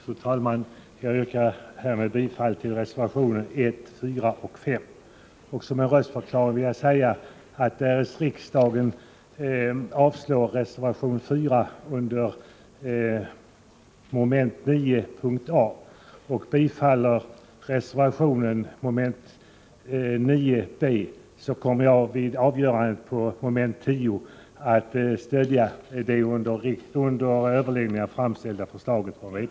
Fru talman! Jag yrkar härmed bifall till reservationerna 1, 4 och 5. Som röstförklaring vill jag säga att därest riksdagen avslår reservationen 4 under mom. 9 a i voteringspropositionen och bifaller denna reservation i motsva rande del under mom. 9 b, kommer jag vid avgörandet under mom. 10 att stödja det under överläggningarna framställda förslaget från vpk.